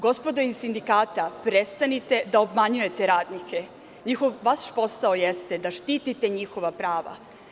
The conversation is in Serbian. Gospodo iz sindikata prestanite da obmanjujete radnike, vaš posao jeste da štitite njihova prava.